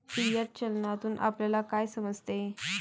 Fiat चलनातून आपल्याला काय समजते?